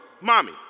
mommy